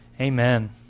Amen